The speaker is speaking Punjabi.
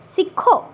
ਸਿੱਖੋ